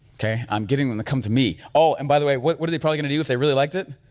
okay, i'm getting them to come to me. oh, and by the way, what what do they probably gonna do if they really liked it?